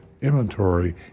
inventory